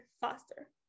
faster